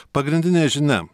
pagrindinė žinia